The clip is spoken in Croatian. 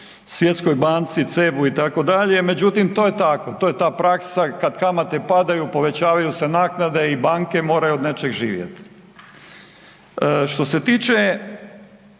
Svjetskoj banci, CEB-u itd., međutim to je tako, to je ta praksa, kad kamate padaju povećavaju se naknade i banke moraju od nečega živjeti. Što se tiče